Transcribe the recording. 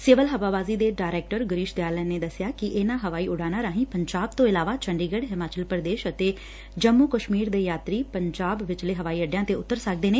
civil ਹਵਾਬਾਜੀ ਦੇ director Girish Dayalan ਦਸਿਆ ਕਿ ਇਨ੍ਹਾਂ ਹਵਾਈ ਉਡਾਣਾਂ ਰਾਹੀ ਪੰਜਾਬ ਤੋ ਇਲਾਵਾ ਚੰਡੀਗੜ੍ਹ ਹਿਮਾਚਲ ਪ੍ਰਦੇਸ਼ ਅਤੇ ਜੰਮੁ ਕਸ਼ਮੀਰ ਦੇ ਯਾਤਰੀ ਪੰਜਾਬ ਵਿਚਲੇ ਹਵਾਈ ੱਡਿਆਂ ਤੇ ਉੱਤਰ ਸਕਦੇ ਨੇ